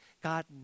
God